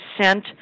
sent